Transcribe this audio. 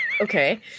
Okay